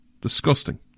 Disgusting